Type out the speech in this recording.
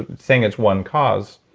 saying it's one cause,